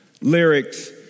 lyrics